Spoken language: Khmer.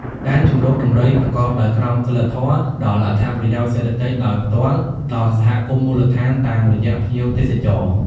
ដែនជម្រកដំរីប្រកបដោយក្រមសីលធម៌ ផ្តល់អត្ថប្រយោជន៍សេដ្ឋកិច្ចដោយផ្ទាល់ដល់សហគមន៍មូលដ្ឋានតាមរយៈភ្ញៀវទេសចរ។